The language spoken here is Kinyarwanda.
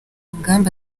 ngamba